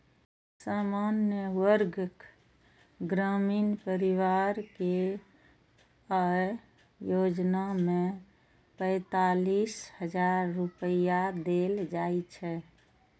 सामान्य वर्गक ग्रामीण परिवार कें अय योजना मे पैंतालिस हजार रुपैया देल जाइ छै